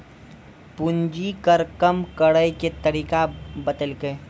पूंजी कर कम करैय के तरीका बतैलकै